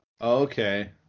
Okay